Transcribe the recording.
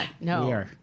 No